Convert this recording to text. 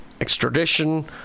extradition